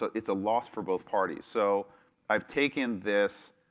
so it's a loss for both party. so i've taken this,